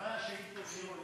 אחרי השאילתות שלו יש עוד